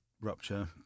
rupture